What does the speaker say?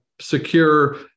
secure